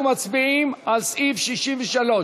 אנחנו מצביעים על סעיפים 63 66,